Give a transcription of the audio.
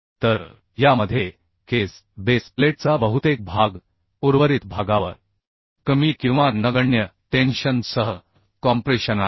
तर या मधे केस बेस प्लेटचा बहुतेक भाग उर्वरित भागावर कमी किंवा नगण्य टेन्शन सह कॉम्प्रेशन आहे